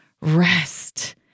rest